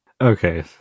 Okay